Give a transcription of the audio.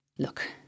Look